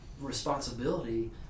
responsibility